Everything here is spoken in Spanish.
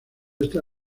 esta